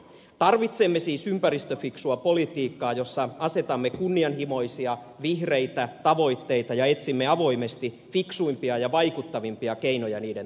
tarvitsemme siis ympäristöfiksua politiikkaa jossa asetamme kunnianhimoisia vihreitä tavoitteita ja etsimme avoimesti fiksuimpia ja vaikuttavimpia keinoja niiden toteuttamiseksi